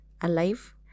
alive